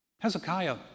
Hezekiah